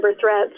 threats